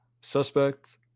suspect